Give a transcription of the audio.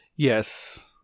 Yes